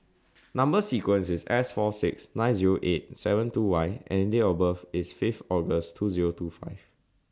Number sequence IS S four six nine Zero eight seven two Y and Date of birth IS Fifth August two Zero two five